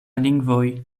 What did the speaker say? lingvoj